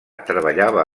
treballava